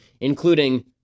including